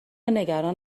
نگران